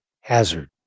hazard